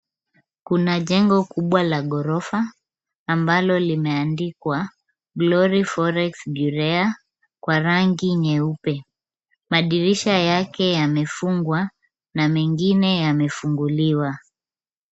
Kuna jengo kubwa la ghorofa ambalo limeandikwa glory forex girea kwa rangi nyeupe. Madirisha yake yamefungwa na mengine yamefunguliwa.